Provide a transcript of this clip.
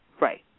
Right